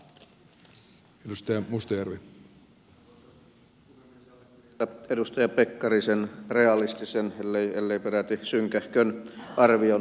kuulimme edustaja pekkarisen realistisen ellei peräti synkähkön arvion taloustilanteesta